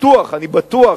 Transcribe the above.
אני בטוח,